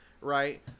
right